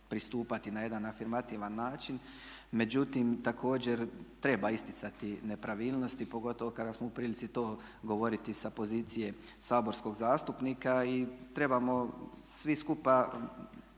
na jedan afirmativan način međutim također treba isticati nepravilnosti pogotovo kada smo u prilici to govoriti sa pozicije saborskog zastupnika. I trebamo svi skupa